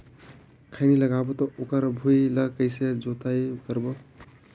खैनी लगाबो ता ओकर भुईं ला कइसे जोताई करबो?